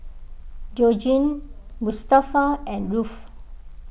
Georgine Mustafa and Rolf